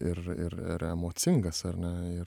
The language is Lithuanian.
ir ir ir emocingas ar ne ir